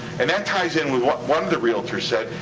and that ties in with what one of the realtors said.